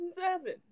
seven